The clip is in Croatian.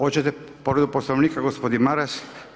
Hoćete povredu Poslovnika gospodin Maras?